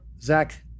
Zach